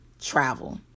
Travel